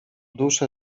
duszę